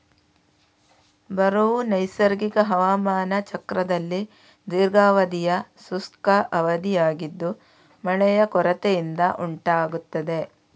ಬರವು ನೈಸರ್ಗಿಕ ಹವಾಮಾನ ಚಕ್ರದಲ್ಲಿ ದೀರ್ಘಾವಧಿಯ ಶುಷ್ಕ ಅವಧಿಯಾಗಿದ್ದು ಮಳೆಯ ಕೊರತೆಯಿಂದ ಉಂಟಾಗ್ತದೆ